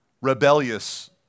rebellious